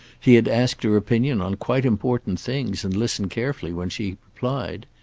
he had asked her opinion on quite important things, and listened carefully when she replied.